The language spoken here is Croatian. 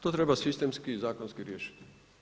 To treba sistemski i zakonski riješiti.